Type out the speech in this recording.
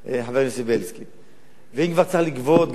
חבר הכנסת בילסקי,